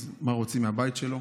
אז מה רוצים מהבית שלו?